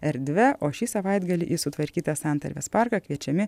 erdve o šį savaitgalį į sutvarkytą santarvės parką kviečiami